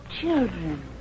children